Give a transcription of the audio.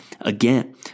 again